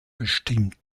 bestimmt